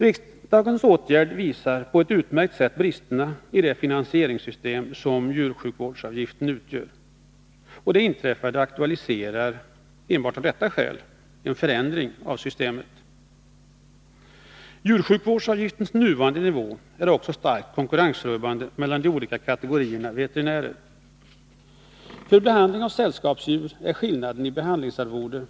Regeringens åtgärd visar på ett utmärkt sätt bristerna i det finansieringssystem som djursjukvårdsavgiften utgör. Det inträffade aktualiserar enbart av detta skäl en förändring av systemet. Djursjukvårdsavgiftens nuvarande nivå är också starkt konkurrensrubbande mellan de olika kategorierna veterinärer. För behandling av sällskapsdjur är skillnaden i behandlingsarvode 50 kr.